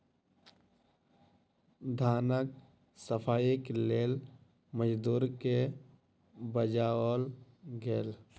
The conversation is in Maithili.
धानक सफाईक लेल मजदूर के बजाओल गेल